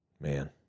Man